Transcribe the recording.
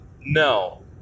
No